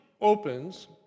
opens